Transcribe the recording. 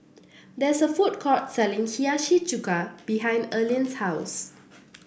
there is a food court selling Hiyashi Chuka behind Erline's house